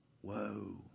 Whoa